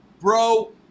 bro